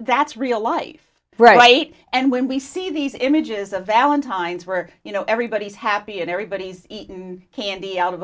that's real life right and when we see these images of valentines where you know everybody's happy and everybody's candy out of a